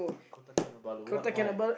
Kota-Kinabalu what why